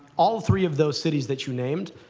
all three of those cities that you named,